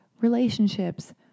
relationships